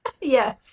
Yes